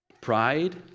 Pride